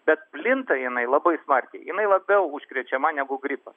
bet plinta jinai labai smarkiai jinai labiau užkrečiama negu gripas